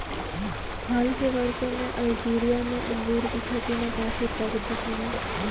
हाल के वर्षों में अल्जीरिया में अंगूर की खेती ने काफी प्रगति की है